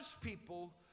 people